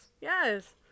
Yes